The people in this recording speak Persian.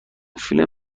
فیلم